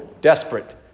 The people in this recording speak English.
desperate